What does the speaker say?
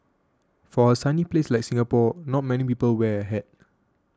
for a sunny place like Singapore not many people wear a hat